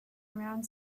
around